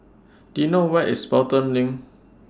Do YOU know Where IS Pelton LINK